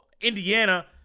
Indiana